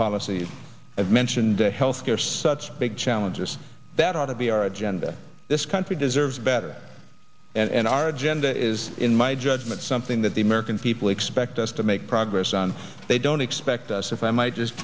policy i've mentioned health care such big challenges that ought to be our agenda this country deserves better and our agenda is in my judgment something that the american people expect us to make progress on they don't x act as if i might just